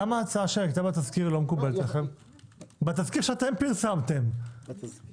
למה ההצעה שהיתה בתזכיר שאתם פרסמתם לא מקובלת עליכם?